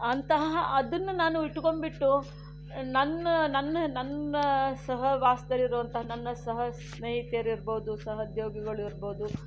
ಅಂತಹ ಅದನ್ನು ನಾನು ಇಟ್ಕೊಂಡ್ಬಿಟ್ಟು ನನ್ನ ನನ್ನ ನನ್ನ ಸಹವಾಸದಲ್ಲಿರೋವಂಥ ನನ್ನ ಸಹ ಸ್ನೇಹಿತೆಯರು ಇರ್ಬೋದು ಸಹದ್ಯೋಗಿಗಳು ಇರ್ಬೋದು